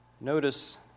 Notice